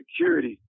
security